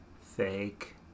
Fake